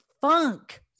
funk